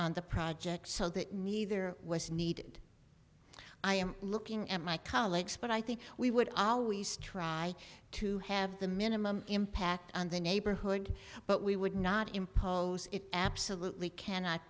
on the project so that neither was needed i am looking at my colleagues but i think we would always try to have the minimum impact on the neighborhood but we would not impose it absolutely cannot